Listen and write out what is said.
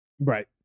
Right